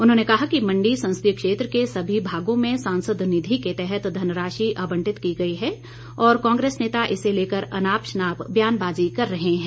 उन्होंने कहा कि मंडी संसदीय क्षेत्र के सभी भागों में सांसद निधि के तहत धनराशि आंबटित की गई है और कांग्रेस नेता इसे लेकर अनाप शनाप ब्यानबाजी कर रहे हैं